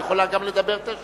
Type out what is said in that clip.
היא יכולה לדבר גם תשע